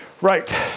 right